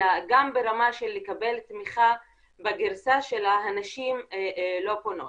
אלא גם ברמה של לקבל תמיכה בגרסה שלה הנשים לא פונות.